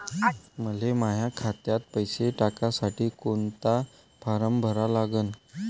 मले माह्या खात्यात पैसे टाकासाठी कोंता फारम भरा लागन?